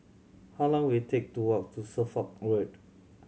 how long will it take to walk to Suffolk Road